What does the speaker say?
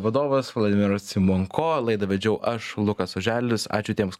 vadovas vladimiras simonko laidą vedžiau aš lukas oželis ačiū tiems